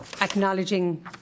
acknowledging